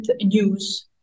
news